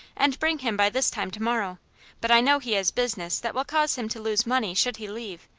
and bring him by this time to-morrow but i know he has business that will cause him to lose money should he leave,